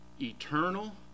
eternal